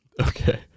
Okay